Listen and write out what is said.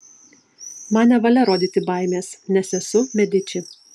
man nevalia rodyti baimės nes esu mediči